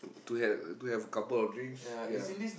to to had to have a couple of drinks ya